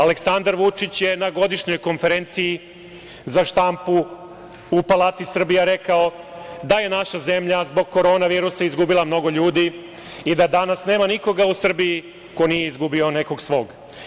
Aleksandar Vučić je na godišnjoj konferenciji za štampu u Palati Srbije rekao da je naša zemlja zbog korona virusa izgubila mnogo ljudi i da danas nema nikoga u Srbiji ko nije izgubio nekog svog.